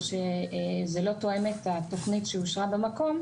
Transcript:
ושזה לא תואם את התוכנית שאושרה במקום,